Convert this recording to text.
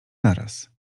naraz